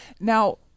Now